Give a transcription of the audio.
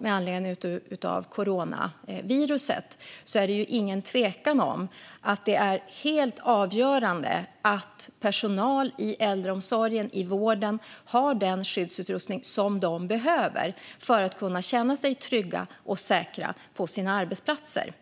med anledning av coronaviruset är det ingen tvekan om att det är helt avgörande att personal i äldreomsorgen och vården har den skyddsutrustning som de behöver för att kunna känna sig trygga och säkra på sina arbetsplatser.